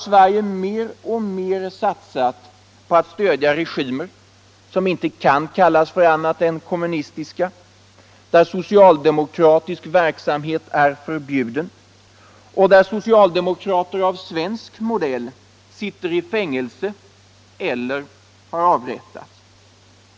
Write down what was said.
Sverige har mer och mer satsat på att stödja regimer som inte kan kallas annat än kommunistiska, där socialdemokratisk verksamhet är förbjuden och där socialdemokrater av svensk modell sitter i fängelse eller har avrättats.